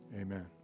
amen